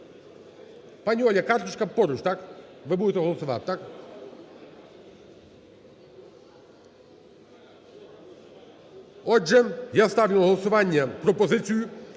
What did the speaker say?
Пані Оля, карточка поруч, так, ви будете голосувати, так? Отже, я ставлю на голосування пропозицію,